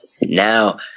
Now